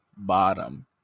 bottom